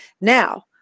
Now